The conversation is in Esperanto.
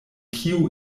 kiu